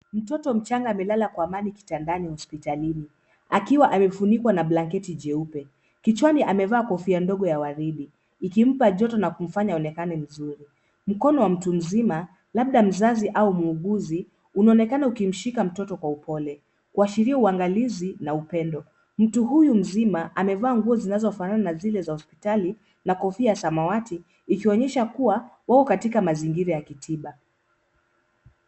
Mtoto mchanga amelala kwa amani kitandani hospitalini akiwa amefunikwa na blanketi jeupe. Kichwani amevaa kofia ndogo ya ua ridi ikimpa joto na kumfanya aonekane mzuri. Mkono wa mtu mzima labda mzazi au muuguzi unaonekana ukimshika mtoto kwa upole kuashiria uangalizi na upendo. Mtu huyu mzima amevaa nguo zinazofanana na zile za hospitali na kofia ya samawati ikionyesha kuwa wako katika mazingira ya kitiba.